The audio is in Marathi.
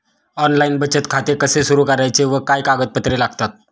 ऑनलाइन बचत खाते कसे सुरू करायचे व काय कागदपत्रे लागतात?